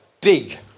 big